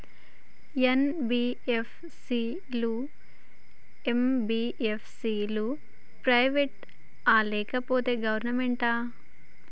NBFC లు, MBFC లు private ఆ లేకపోతే గవర్నమెంటా?